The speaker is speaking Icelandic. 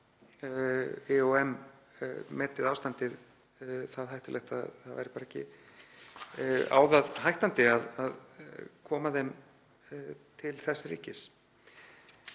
sig eða IOM meti ástandið það hættulegt að það væri ekki á það hættandi að koma þeim til þess ríkis.